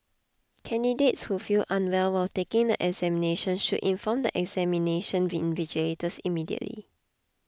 candidates who feel unwell while taking the examinations should inform the examination invigilators immediately